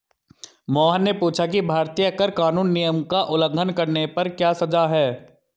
मोहन ने पूछा कि भारतीय कर कानून नियम का उल्लंघन करने पर क्या सजा है?